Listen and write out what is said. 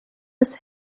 his